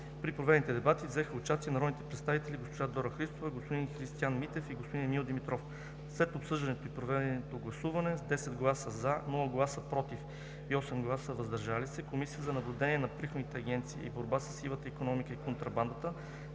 При проведените дебати взеха участие народните представители: госпожа Дора Христова, господин Христиан Митев и господин Емил Димитров. След обсъждането и проведеното гласуване: с 10 гласа „за“, без „против“ и 8 гласа „въздържал се“, Комисията за наблюдение на приходните агенции и борба със сивата икономика и контрабандата